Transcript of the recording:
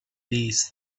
these